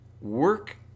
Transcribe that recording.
Work